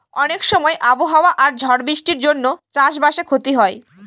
অনেক সময় আবহাওয়া আর ঝড় বৃষ্টির জন্য চাষ বাসে ক্ষতি হয়